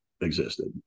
existed